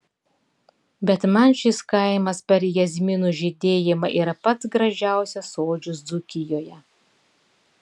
bet man šis kaimas per jazminų žydėjimą yra pats gražiausias sodžius dzūkijoje